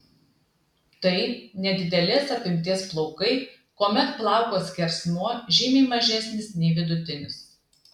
tai nedidelės apimties plaukai kuomet plauko skersmuo žymiai mažesnis nei vidutinis